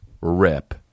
rip